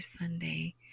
Sunday